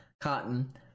cotton